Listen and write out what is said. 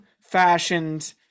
fashioned